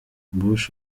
bush